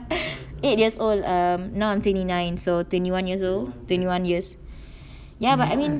eight years old um now I'm twenty nine so twenty one years old twenty one years ya but I mean